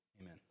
amen